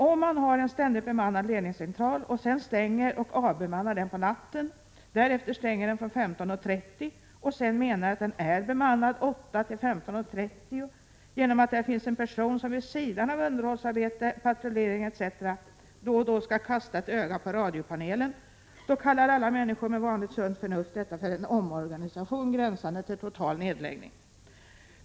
Om man har en ständigt bemannad ledningscentral och sedan stänger och avbemannar den på natten, därefter stänger den från 15.30 och menar att den är bemannad 8.00-15.30 genom att där finns en person som vid sidan av underhållsarbete, patrullering etc. då och då skall kasta ett öga på radiopanelen, då kallar alla människor med vanligt sunt förnuft detta för en omorganisation gränsande till total nedläggning.